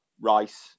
Rice